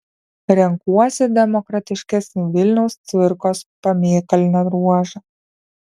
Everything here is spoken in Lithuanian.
renkuosi demokratiškesnį vilniaus cvirkos pamėnkalnio ruožą